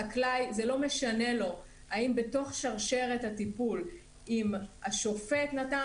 לחקלאי לא משנה האם בתוך שרשרת הטיפול השופט נתן